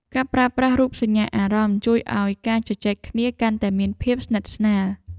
ការប្រើប្រាស់រូបសញ្ញាអារម្មណ៍ ជួយឱ្យការជជែកគ្នាកាន់តែមានភាពស្និទ្ធស្នាល។